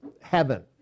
heaven